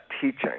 teaching